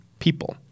People